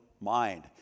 mind